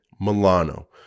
Milano